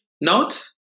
note